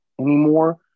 anymore